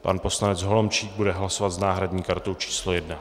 Pan poslanec Holomčík bude hlasovat s náhradní kartou číslo 1.